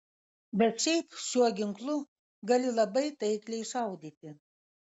bet šiaip šiuo ginklu gali labai taikliai šaudyti